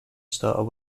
style